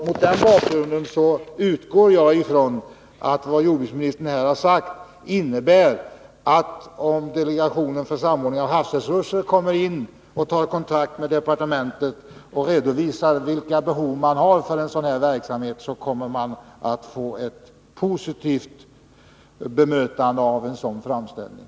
Mot den bakgrunden utgår jag ifrån att vad jordbruksministern här har sagt innebär att om delegationen för samordning av havsresursverksamheten tar kontakt med departementet och redovisar vilka behov man har för här aktuell verksamhet, så kommer en framställning från delegationen att få en positiv behandling.